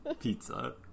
pizza